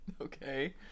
okay